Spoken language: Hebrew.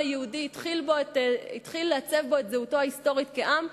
היהודי התחיל לעצב בו את זהותו ההיסטורית כעם,